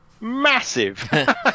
massive